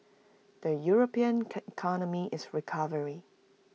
the european is recovering